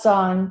on